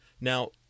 Now